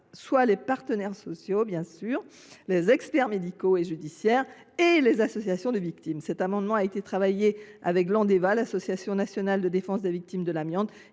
soit les partenaires sociaux, les experts médicaux et judiciaires et les associations de victimes. Cet amendement a été réfléchi avec l’Andeva, l’Association nationale de défense des victimes de l’amiante.